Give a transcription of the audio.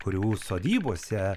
kurių sodybose